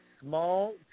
small